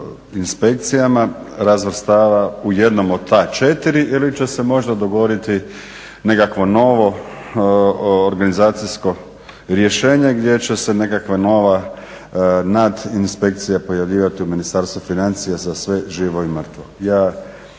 inspekcijama razvrstava u jednom od ta četiri ili će se možda dogovoriti nekakvo novo organizacijsko rješenje gdje će se nekakva nova nad inspekcija pojavljivati u Ministarstvu financija za sve živo i mrtvo.